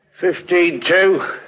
Fifteen-two